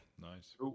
Nice